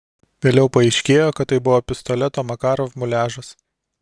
vėliau paaiškėjo kad tai buvo pistoleto makarov muliažas